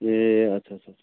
ए अच्छा अच्छा अच्छा